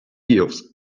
elves